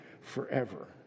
forever